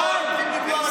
נלך לסיור משותף.